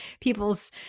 people's